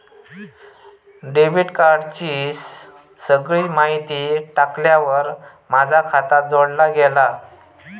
debit कार्डाची सगळी माहिती टाकल्यार माझा खाता जोडला गेला